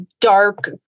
dark